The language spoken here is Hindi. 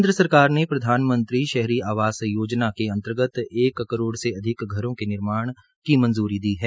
केन्द्र सरकार ने प्रधानमंत्री शहरी आवास योजना के अंतर्गत एक करोड़ से अधिक घरों के निर्माण की मंजूरी दी है